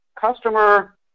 customer